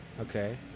Okay